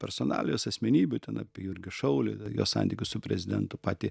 personalijos asmenybių ten apie jurgį šaulį jo santykius su prezidentu patį